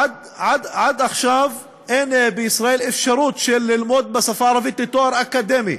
עד עכשיו אין בישראל אפשרות ללמוד בשפה הערבית לתואר אקדמי.